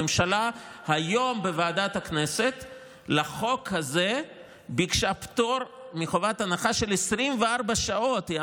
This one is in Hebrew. הממשלה היום בוועדת הכנסת ביקשה פטור מחובת הנחה של 24 שעות לחוק הזה.